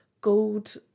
gold